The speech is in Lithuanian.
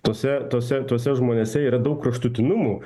tuose tuose tuose žmonėse yra daug kraštutinumų